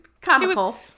comical